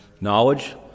knowledge